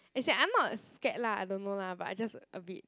as in I'm not scared lah I don't know lah but I just a bit